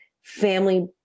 family